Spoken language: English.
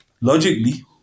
Logically